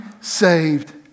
saved